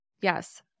Yes